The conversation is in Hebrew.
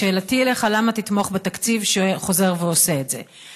שאלתי אליך: למה תתמוך בתקציב שחוזר ועושה את זה?